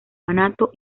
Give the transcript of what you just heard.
orfanato